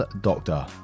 doctor